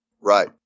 Right